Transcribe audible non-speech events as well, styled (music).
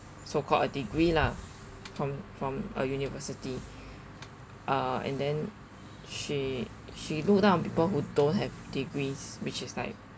so called a degree lah from from a university (breath) uh and then she she looked down on people who don't have degrees which is like